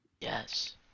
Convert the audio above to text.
Yes